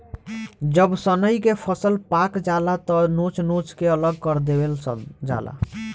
जब सनइ के फसल पाक जाला त नोच नोच के अलग कर देवल जाला